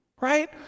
Right